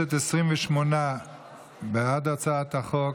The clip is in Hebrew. חברי הכנסת, 28 בעד הצעת החוק,